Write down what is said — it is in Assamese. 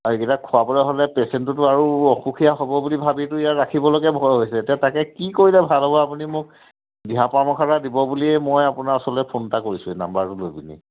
আৰু এইকেইটা খোৱাবলৈ হ'লে পেচেণ্টোতো আৰু অসুখীয়া হ'ব বুলি ভাবিতো ইয়াত ৰাখিবলৈকে ভয় হৈছে এতিয়া তাকে কি কৰিলে ভাল হ'ব আপুনি মোক দিহা পৰামৰ্শ এটা দিব বুলিয়ে মই আপোনাৰ ওচৰলৈ ফোন এটা কৰিছোঁ নাম্বাৰটো লৈ পিনি